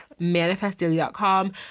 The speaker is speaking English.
manifestdaily.com